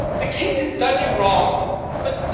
the king has done you wrong but,